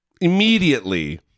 immediately